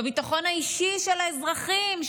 בביטחון האישי של האזרחים,